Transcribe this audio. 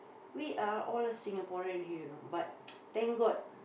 we are all Singaporean here you know but thank god